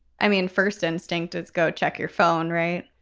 i mean, first instinct is go check your phone. right.